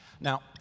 Now